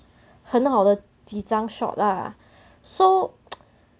很好的几张 shot lah so